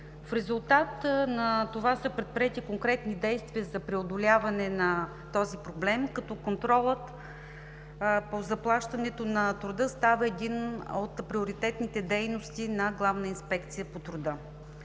В резултат на това са предприети конкретни действия за преодоляване на този проблем, като контролът по заплащането на труда става един от приоритетните дейности на Главна инспекция по труда.